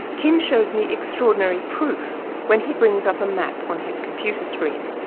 kim shows me extraordinary proof when he brings up a map on his computer screen.